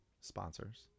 sponsors